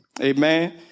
Amen